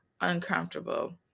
uncomfortable